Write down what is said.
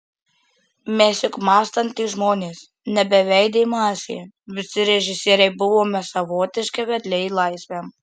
mes juk mąstantys žmonės ne beveidė masė visi režisieriai buvome savotiški vedliai į laisvę